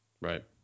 right